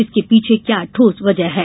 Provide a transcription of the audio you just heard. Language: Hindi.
इसके पीछे क्या ठोस वजह है